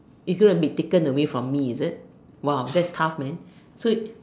is it going to be taken from me is it !wow! that's tough man